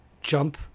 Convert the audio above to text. jump